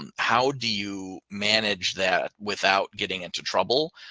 um how do you manage that without getting into trouble?